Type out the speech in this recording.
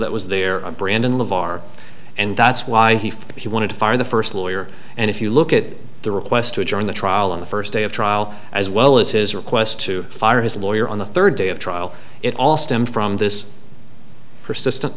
that was their brand in the bar and that's why he felt he wanted to fire the first lawyer and if you look at the request to adjourn the trial on the first day of trial as well as his request to fire his lawyer on the third day of trial it all stem from this persistent